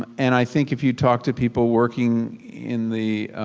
um and i think if you talk to people working in the